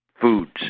foods